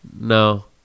no